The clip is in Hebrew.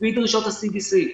לפי דרישות הנדרשות ה-CDC,